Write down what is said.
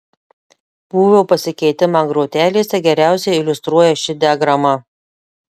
būvio pasikeitimą grotelėse geriausiai iliustruoja ši diagrama